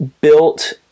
built